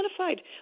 identified